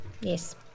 yes